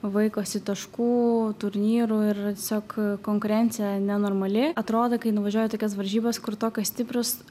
vaikosi taškų turnyrų ir siog konkurencija nenormali atrodo kai nuvažiuoji į tokias varžybas kur tokios stiprios